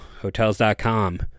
Hotels.com